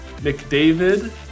McDavid